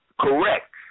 Correct